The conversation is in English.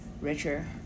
richer